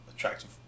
Attractive